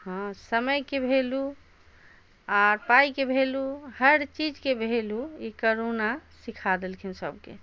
हँ समय के वैल्यू आ पाइके वैल्यू हर चीज के वैल्यू ई करोना सीखा देलखिन सबके